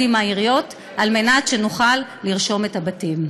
עם העיריות כדי שנוכל לרשום את הבתים.